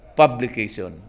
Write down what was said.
publication